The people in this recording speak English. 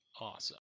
Awesome